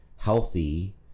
healthy